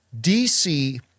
DC